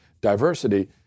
diversity